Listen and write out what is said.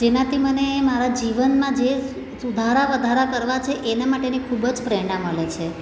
જેનાથી મને મારા જીવનમાં જે સુધારા વધારા કરવા છે એના માટેની ખૂબ જ પ્રેરણા મળે છે